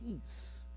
Peace